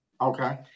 Okay